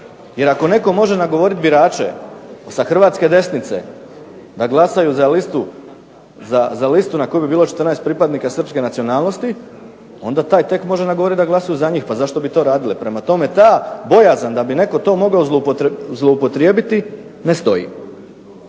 jer ako netko može nagovoriti birače sa hrvatske desnice da glasaju za listu na kojoj bi bilo 14 pripadnika srpske nacionalnosti, onda taj tek može nagovoriti da glasuju za njih, pa zašto bi to radile. Prema tome ta bojazan da bi netko to mogao zloupotrijebiti ne stoji.